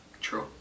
True